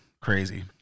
crazy